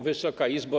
Wysoka Izbo!